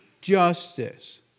justice